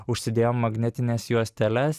užsidėjom magnetines juosteles